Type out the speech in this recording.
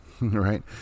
right